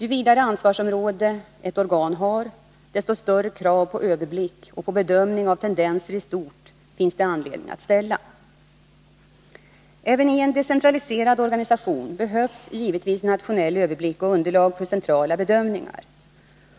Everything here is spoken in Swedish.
Ju vidare ansvarsområde ett organ har, desto större krav på överblick och på bedömning av tendenser i stort finns det anledning att ställa. Även i en decentraliserad organisation behövs givetvis nationell överblick och underlag för centrala bedömningar.